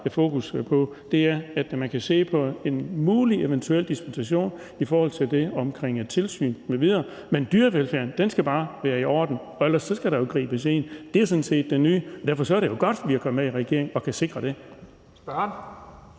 fokus på, er, at man kan se på en eventuel dispensation i forhold til det omkring tilsyn m.v. Men dyrevelfærden skal bare være i orden, for ellers skal der jo gribes ind. Det er sådan set det nye. Og derfor er det jo godt, at vi er kommet med i regering og kan sikre det.